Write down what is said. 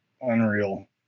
Unreal